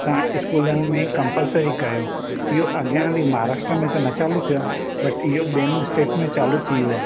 तव्हां स्कूलनि में कंपलसरी कयो इहो अॻियां हली महाराष्ट्र में त न चालू थियो आहे बट इहो ॿियनि स्टेट में चालू थी वियो आहे